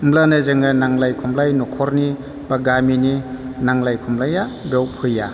होनब्लानो जोङो नांलाय खमलाय न'खरनि बा गामिनि नांलाय खमलाया बेयाव फैया